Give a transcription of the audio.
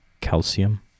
calcium